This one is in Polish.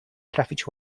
trafić